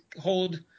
hold